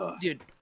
Dude